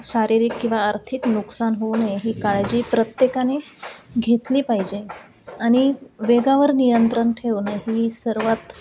शारीरिक किंवा आर्थिक नुकसान होऊ नये ही काळजी प्रत्येकाने घेतली पाहिजे आणि वेगावर नियंत्रण ठेवणं ही सर्वात